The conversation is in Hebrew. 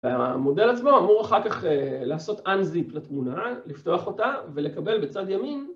המודל עצמו אמור אחר כך לעשות unzip לתמונה, לפתוח אותה ולקבל בצד ימין